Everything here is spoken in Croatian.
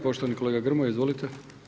Poštovani kolega Grmoja, izvolite.